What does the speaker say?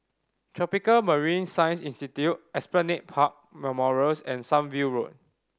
Tropical Marine Science Institute Esplanade Park Memorials and Sunview Road